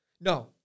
No